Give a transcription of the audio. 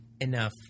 enough